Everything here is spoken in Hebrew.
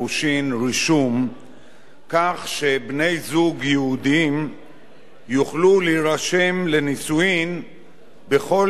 כך שבני-זוג יהודים יוכלו להירשם לנישואין בכל לשכת רבנות מוסמכת.